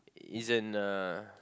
isn't uh